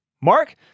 Mark